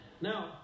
Now